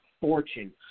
fortune